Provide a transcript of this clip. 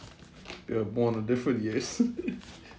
we were born in different years